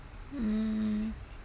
mm